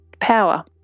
power